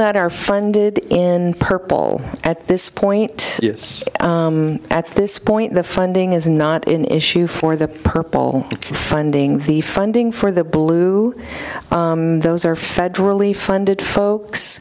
that are funded in purple at this point at this point the funding is not in issue for the purple funding the funding for the blue those are federally funded folks